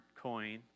coin